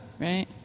Right